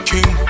King